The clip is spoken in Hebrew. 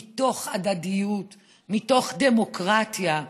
מתוך הדדיות, מתוך דמוקרטיה.